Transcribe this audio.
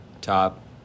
top